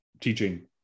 teaching